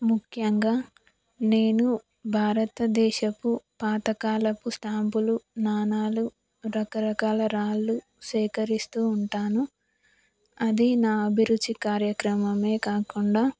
ముఖ్యంగా నేను భారతదేశపు పాతకాలపు స్టాంపులు నాణ్యాలు రకరకాల రాళ్ళు సేకరిస్తు ఉంటాను అది నా అభిరుచి కార్యక్రమం కాకుండా